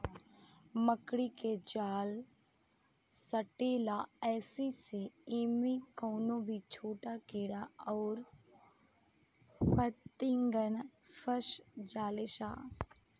मकड़ी के जाल सटेला ऐही से इमे कवनो भी छोट कीड़ा अउर फतीनगा फस जाले सा